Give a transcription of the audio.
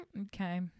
Okay